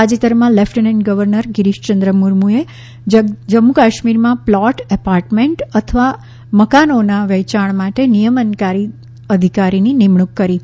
તાજેતરમાં lieutenant governor Girish Chandra મુર્મુએ જમ્મુ કાશ્મીરમાં પ્લોટ એપાર્ટમેન્ટ અથવા મકાનોના વેચાણ માટે નિયમનકારી અધિકારીની નિમણૂક કરી છે